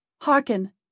Hearken